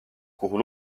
kuhu